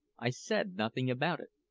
i said nothing about it.